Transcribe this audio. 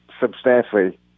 substantially